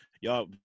Y'all